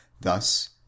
Thus